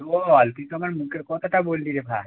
চল তুই তো আমার মুখের কথাটা বললি রে ভাই